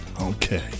Okay